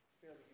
fairly